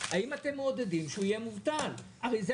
האם אתם מעודדים שהוא יהיה מובטל?